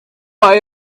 buy